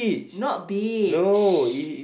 not beach